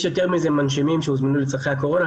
יש יותר מזה מנשימים שהוזמנו לצרכי הקורונה,